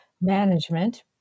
management